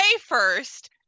first